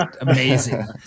amazing